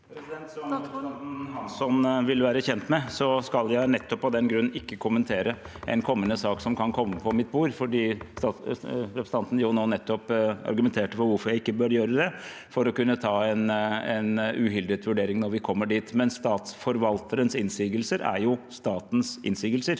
sentanten Hansson vil være kjent med, skal jeg nettopp av den grunn ikke kommentere en sak som kan komme på mitt bord – som representanten nå nettopp argumenterte for hvorfor jeg ikke bør gjøre – for å kunne ta en uhildet vurdering når vi kommer dit. Statsforvalterens innsigelser er jo statens innsigelser,